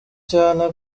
cyane